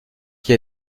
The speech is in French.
qui